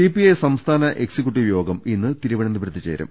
CPI സംസ്ഥാന executive യോഗം ഇന്ന് തിരുവന ന്തപുരത്ത് ചേരും